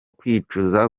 kwicuza